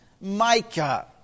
Micah